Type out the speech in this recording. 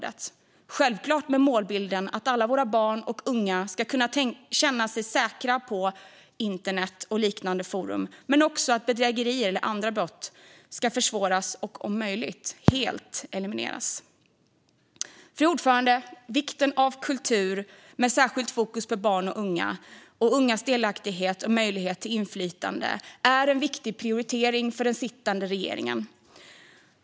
Det ska självklart vara med i målbilden att alla våra barn och unga ska känna sig säkra på internet och liknande forum samt att bedrägerier eller andra brott ska försvåras och om möjligt helt elimineras. Fru talman! Vikten av kultur med särskilt fokus på barn och unga, vidare ungas delaktighet och möjlighet till inflytande, är en viktig prioritering för den sittande regeringen.